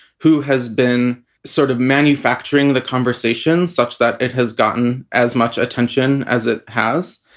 who has been sort of manufacturing the conversation such that it has gotten as much attention as it has?